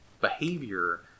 behavior